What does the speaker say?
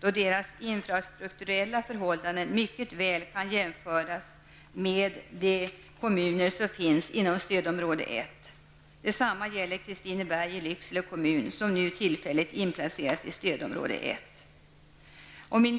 då deras infrastrukturella förhållanden mycket väl kan jämföras med de infrastrukturella förhållandena i de kommuner som finns inom stödområde 1.